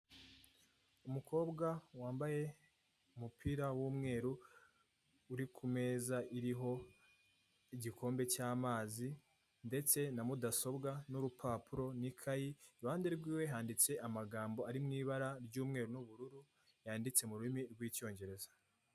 Umukobwa wambaye umupira w'umweru uri kumeza iriho igikombe cy'amazi ndetse na mudasobwa, n'urupapuro n'ikayi iruhande rwiwe handitse amagambo ari mu ibara ry'umweru n'ubururu yanditse mu rurimi rw'icyongereza.